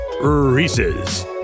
Reese's